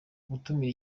gutumira